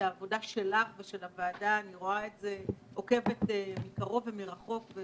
העבודה שלך ושל הוועדה, אני עוקבת מקרוב ומרחוק.